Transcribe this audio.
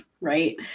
right